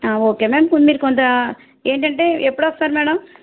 okay madam ఇప్పుడు మీరు కొంత ఏంటంటే ఎప్పుడొస్తారు మేడం